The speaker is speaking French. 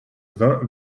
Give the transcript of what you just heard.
vingt